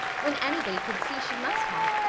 when anybody could see she must have!